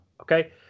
Okay